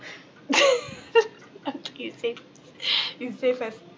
okay same you say first